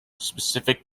specific